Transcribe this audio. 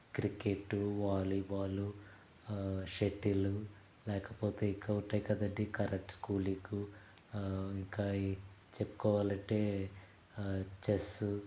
cricket volleyball shuttle లేకపోతే ఇంకా ఉంటాయి కదండి కరెంటు స్కూలింగు ఇంకా చెప్పుకోవాలంటే చెస్సు